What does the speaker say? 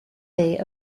day